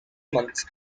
months